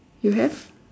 you have